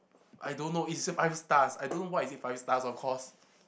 I don't know it's a five stars I don't know why is it five stars of course